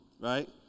right